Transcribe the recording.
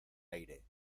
aire